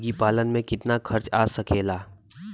मुर्गी पालन में कितना खर्च आ सकेला?